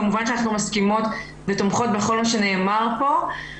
כמובן שאנחנו מסכימות ותומכות בכל מה שנאמר פה,